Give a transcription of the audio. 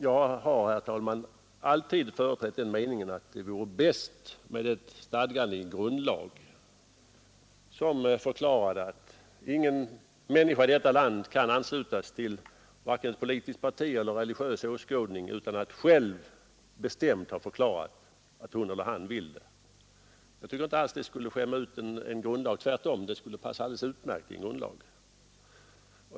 Jag har, herr talman, alltid företrätt den meningen att det vore bäst med ett stadgande i grundlag, som förklarade att ingen människa i detta land kan anslutas vare sig till politiskt parti eller religiös åskådning utan att själv bestämt ha förklarat att hon eller han vill det. Jag tycker inte alls det skulle skämma ut en grundlag; det skulle tvärtom p alldeles utmärkt i en grundlag.